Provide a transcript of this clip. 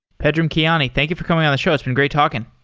pedram keyani, thank you for coming on the show. it's been great talking